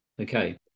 Okay